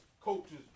coaches